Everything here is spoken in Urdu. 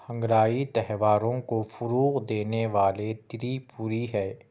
ہنگرائی تہواروں کو فروغ دینے والے تریپوری ہے